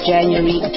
January